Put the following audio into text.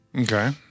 Okay